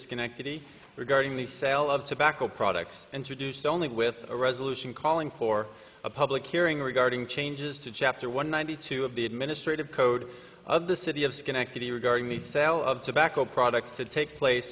schenectady regarding the sale of tobacco products introduced only with a resolution calling for a public hearing regarding changes to chapter one ninety two of the administrative code of the city of schenectady regarding the sale of tobacco products to take place